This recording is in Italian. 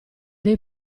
dei